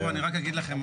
תראו, אני רק אגיד לכם.